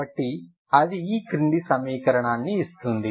కాబట్టి అది ఈ క్రింది సమీకరణాన్ని ఇస్తుంది